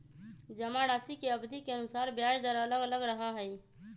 जमाराशि के अवधि के अनुसार ब्याज दर अलग अलग रहा हई